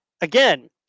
again